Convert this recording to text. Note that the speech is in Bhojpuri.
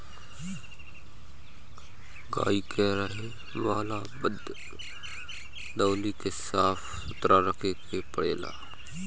गाई के रहे वाला वरदौली के साफ़ सुथरा रखे के पड़ेला